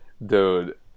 Dude